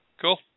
Cool